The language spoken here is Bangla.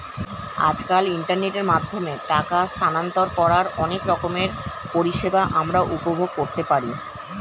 আজকাল ইন্টারনেটের মাধ্যমে টাকা স্থানান্তর করার অনেক রকমের পরিষেবা আমরা উপভোগ করতে পারি